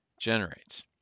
generates